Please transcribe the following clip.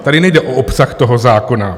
Tady nejde o obsah toho zákona.